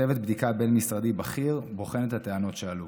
צוות בדיקה בין-משרדי בכיר בוחן את הטענות שעלו.